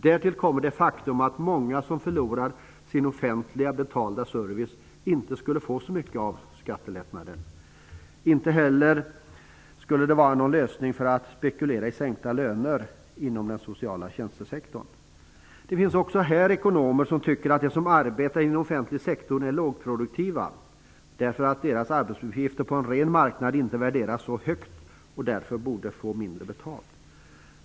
Därtill kommer det faktum att många som förlorar sin offentliga, betalda service inte skulle få så mycket av skattelättnaden. Inte heller skulle det vara någon lösning att spekulera i sänkta löner inom den sociala tjänstesektorn. Det finns också här ekonomer som tycker att de som arbetar inom offentlig sektor är lågproduktiva, därför att deras arbetsuppgifter på en ren marknad inte värderas så högt, och att de därför borde få mindre betalt.